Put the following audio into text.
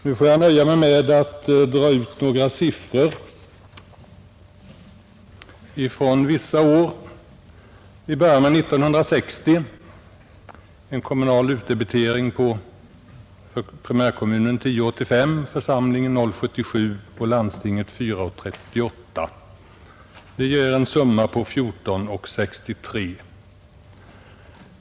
Nu får jag nöja mig med att dra ut några siffror från vissa år. Vi börjar med 1960. Då var den kommunala utdebiteringen på primärkommunen 10:85, på församlingen 0:77 och på för behandling av frågan om kostnadsfördelningen mellan stat och kommun landstinget 4:38. Det ger i medeltal en summa av 14:63.